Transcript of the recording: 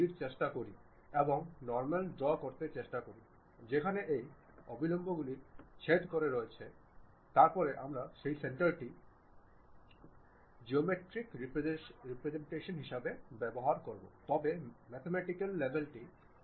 এখানে একটি উপাদান যুক্ত করুন সম্ভবত একটি পলিগন প্রিজমের মতো কিছু যা সেই লিঙ্কটি থেকে বেরিয়ে আসছে এটি হল সেই জিনিস যাতে আমি আগ্রহী